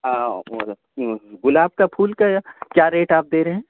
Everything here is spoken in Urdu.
ہاں گلاب کا پھول کا کیا ریٹ آپ دے رہے ہیں